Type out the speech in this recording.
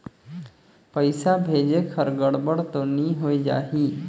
पइसा भेजेक हर गड़बड़ तो नि होए जाही?